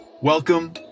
Welcome